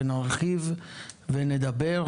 ונרחיב ונדבר.